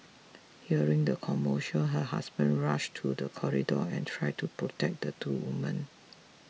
hearing the commotion her husband rush to the corridor and tried to protect the two women